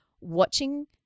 watching